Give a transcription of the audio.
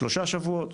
שלושה שבועות?